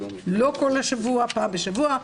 לא כל השבוע אלא פעם בשבוע,